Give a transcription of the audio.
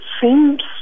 seems